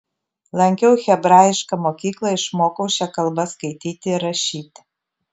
lankiau hebrajišką mokyklą išmokau šia kalba skaityti ir rašyti